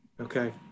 Okay